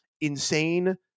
insane